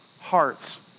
hearts